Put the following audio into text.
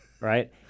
right